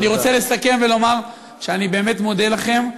אני רוצה לסכם ולומר שאני באמת מודה לכם.